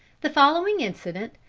the following incident,